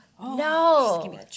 No